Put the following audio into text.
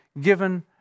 given